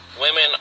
Women